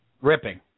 Ripping